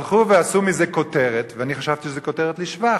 הלכו ועשו מזה כותרת, ואני חשבתי שזו כותרת לשבח.